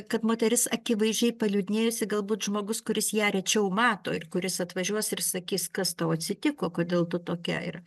kad moteris akivaizdžiai paliūdnėjusi galbūt žmogus kuris ją rečiau mato ir kuris atvažiuos ir sakys kas tau atsitiko kodėl tu tokia ir